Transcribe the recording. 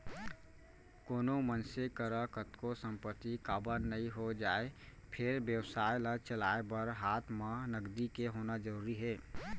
कोनो मनसे करा कतको संपत्ति काबर नइ हो जाय फेर बेवसाय ल चलाय बर हात म नगदी के होना जरुरी हे